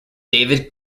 david